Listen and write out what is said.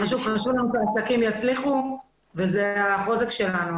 חשוב לנו שהעסקים יצליחו כי הם החוזק שלנו.